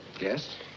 Yes